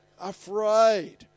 afraid